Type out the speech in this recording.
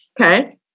Okay